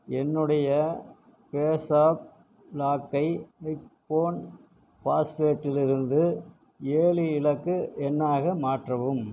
என்னுடைய பேஸாப் லாக்கை ஃபோன் பாஸ்வேடிலிருந்து ஏழு இலக்கு எண்ணாக மாற்றவும்